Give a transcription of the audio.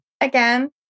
Again